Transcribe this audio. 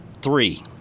Three